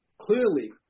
clearly